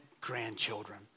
grandchildren